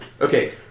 Okay